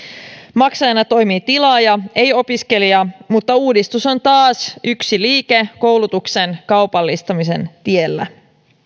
maksajana toimii tilaaja ei opiskelija mutta uudistus on taas yksi liike koulutuksen kaupallistamisen tiellä